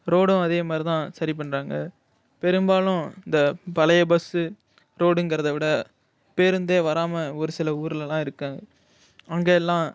ரோடும் அதே மாதிரி தான் சரி பண்ணுறாங்க பெரும்பாலும் இந்த பழைய பஸ்ஸு ரோடுங்கறதை விட பேருந்தே வராமல் ஒரு சில ஊர்லலாம் இருக்காங்க அங்கே எல்லாம்